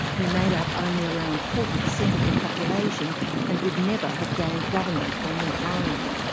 who made up only around forty percent of the population and would never have gained government on their own.